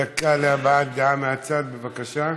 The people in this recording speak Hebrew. דקה להבעת דעה מהצד, בבקשה.